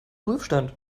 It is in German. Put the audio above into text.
prüfstand